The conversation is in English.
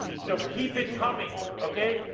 so keep it coming, okay?